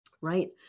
right